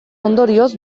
ondorioz